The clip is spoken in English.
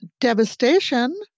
devastation